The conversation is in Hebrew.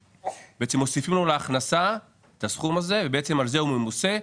בעצם מוסיפים לו להכנסה את הסכום הזה ובעצם על זה הוא ממוסה,